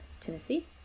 Tennessee